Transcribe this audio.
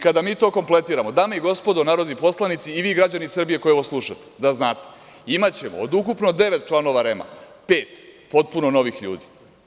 Kada mi to kompletiramo, dame i gospodo narodni poslanici i vi građani Srbije koji ovo slušate, da znate, imaćemo od ukupno devet članova REM-a pet potpuno novih ljudi.